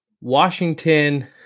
Washington